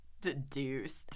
Deduced